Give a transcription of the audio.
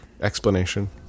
explanation